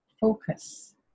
focus